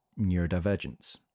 neurodivergence